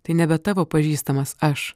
tai nebe tavo pažįstamas aš